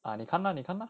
ah 你看 lah 你看 lah